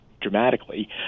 dramatically